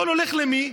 הכול הולך למי?